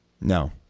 No